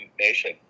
Nation